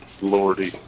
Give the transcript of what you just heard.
Lordy